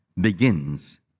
begins